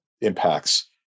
impacts